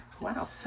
Wow